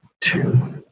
two